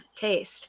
taste